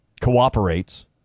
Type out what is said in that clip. cooperates